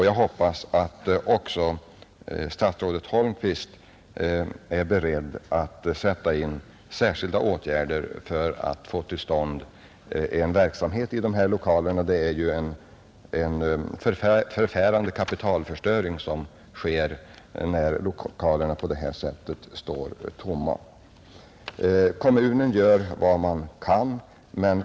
Jag hoppas att statsrådet Holmqvist är beredd att sätta in särskilda åtgärder för att få till stånd en verksamhet i de här lokalerna, Det är ju en kapitalförstöring som sker när lokalerna på det här sättet står outnyttjade.